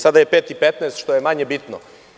Sada je 17,15 časova, što je manje bitno.